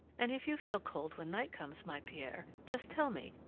and if you feel cold when night comes, my pierre, just tell me,